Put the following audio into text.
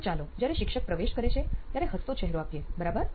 તો ચાલો જ્યારે શિક્ષક પ્રવેશ કરે છે ત્યારે હસતો ચહેરો આપીએ બરાબર